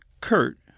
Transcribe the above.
Kurt